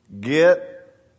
Get